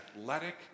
athletic